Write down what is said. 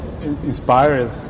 inspired